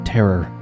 Terror